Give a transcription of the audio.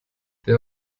der